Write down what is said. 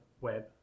web